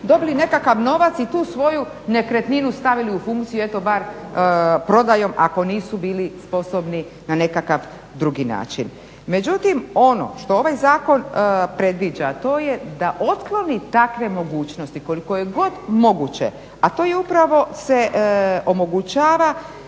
dobili nekakav novac i tu svoju nekretninu stavili u funkciju, eto bar prodajom ako nisu bili sposobni na nekakav drugi način. Međutim, ono što ovaj zakon predviđa to je da otkloni takve mogućnosti koliko je god moguće, a to je upravo se omogućava